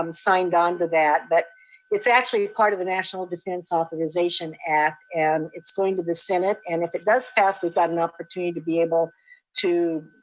um signed on to that, but it's actually part of the national defense authorization act and it's going to the senate. and if it does pass, we've got an opportunity to be able to